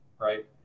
right